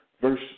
Verse